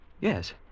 Yes